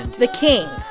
the king,